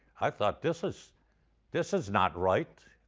i thought, this is this is not right.